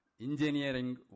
Engineering